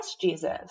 Jesus